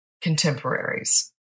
contemporaries